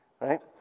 Right